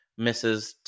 Mrs